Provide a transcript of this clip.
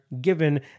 given